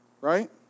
right